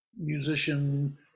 musician